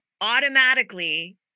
automatically